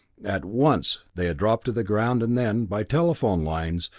at once they had dropped to the ground and then, by telephone lines,